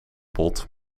pot